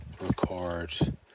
record